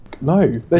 no